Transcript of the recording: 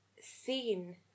seen